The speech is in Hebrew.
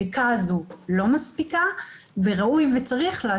יכול להיות שאתה מסביר טוב, אבל אנחנו נכשלנו.